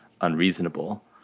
unreasonable